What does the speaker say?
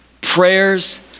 prayers